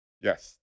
Yes